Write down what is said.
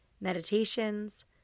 meditations